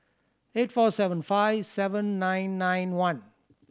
eight four seven five seven nine nine one